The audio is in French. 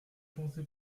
pensé